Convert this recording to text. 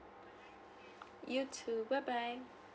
you too bye bye